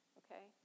okay